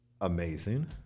amazing